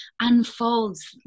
unfolds